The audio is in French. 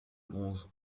bronze